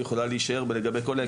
היא יכולה להישאר לגבי כל ההקשרים.